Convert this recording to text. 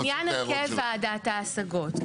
בעניין הרכב ועדת ההשגות.